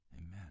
amen